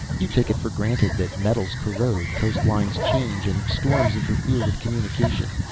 you take it for granted that metals corrode, coastlines change, and storms interfere with communication.